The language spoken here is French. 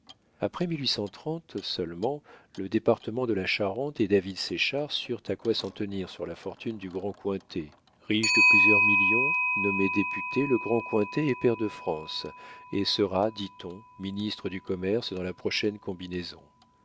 après seulement le département de la charente et david séchard surent à quoi s'en tenir sur la fortune du grand cointet riche de plusieurs millions nommé député le grand cointet est pair de france et sera dit-on ministre du commerce dans la prochaine combinaison